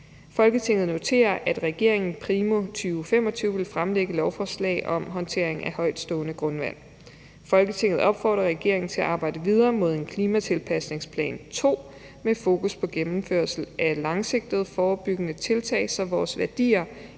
Folketinget noterer, at regeringen primo 2025 vil fremlægge lovforslag om håndtering af højtstående grundvand. Folketinget opfordrer regeringen til at arbejde videre mod en klimatilpasningsplan 2, med fokus på gennemførelse af langsigtede, forebyggende tiltag, så vores værdier,